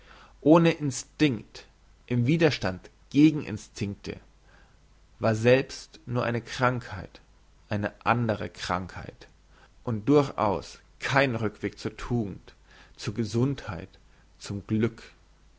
ohne instinkt im widerstand gegen instinkte war selbst nur eine krankheit eine andre krankheit und durchaus kein rückweg zur tugend zur gesundheit zum glück